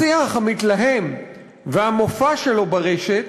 השיח המתלהם והמופע שלו ברשת